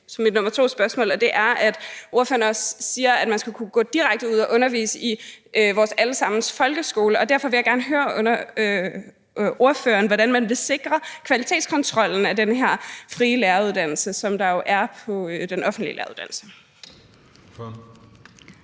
som mit spørgsmål nummer to, for ordføreren siger også, at man skal kunne gå direkte ud og undervise i vores alle sammens folkeskole. Derfor vil jeg gerne høre ordføreren om, hvordan man vil sikre kontrollen med kvaliteten af den her frie læreruddannelse, ligesom som man gør på den offentlige læreruddannelse.